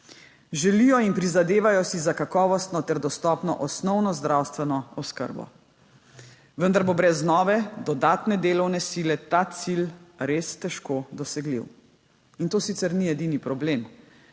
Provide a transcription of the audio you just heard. Želijo in prizadevajo si za kakovostno ter dostopno osnovno zdravstveno oskrbo. Vendar bo brez nove, dodatne delovne sile ta cilj res težko dosegljiv. In to sicer ni edini problem.